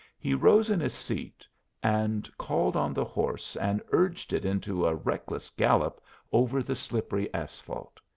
he rose in his seat and called on the horse, and urged it into a reckless gallop over the slippery asphalt.